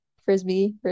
frisbee